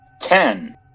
Ten